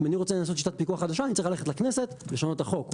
אם אני רוצה לנסות שיטת פיקוח חדשה אני צריך ללכת לכנסת ולשנות את החוק,